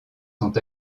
sont